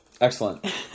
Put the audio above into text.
Excellent